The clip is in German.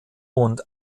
und